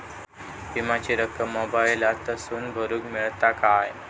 विमाची रक्कम मोबाईलातसून भरुक मेळता काय?